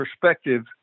perspective